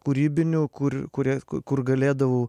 kūrybinių kur kuriais kur galėdavau